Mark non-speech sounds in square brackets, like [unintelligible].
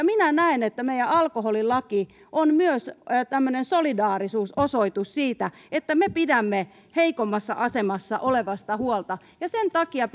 [unintelligible] minä näen että meidän alkoholilaki on myös tämmöinen solidaarisuusosoitus siitä että me pidämme heikommassa asemassa olevasta huolta ja sen takia [unintelligible]